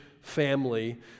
family